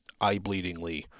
eye-bleedingly